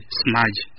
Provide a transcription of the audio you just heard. smudge